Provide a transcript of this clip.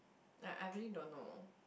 I I really don't know